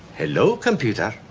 hello computer?